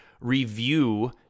review